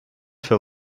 für